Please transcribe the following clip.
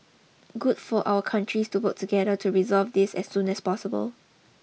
good for our countries to work together to resolve this as soon as possible